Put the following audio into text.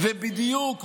נו, באמת.